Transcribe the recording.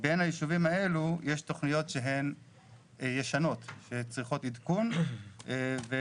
מבין הישובים האלה יש תכניות שהן ישנות שצריכות עדכון וב-30